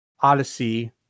Odyssey